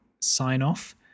sign-off